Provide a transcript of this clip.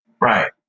Right